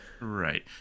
Right